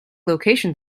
location